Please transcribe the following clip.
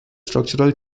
structural